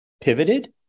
pivoted